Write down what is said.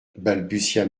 balbutia